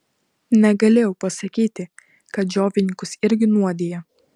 negalėjau pasakyti kad džiovininkus irgi nuodija